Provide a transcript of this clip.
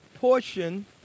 Portion